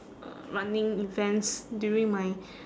uh running events during my